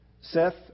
Seth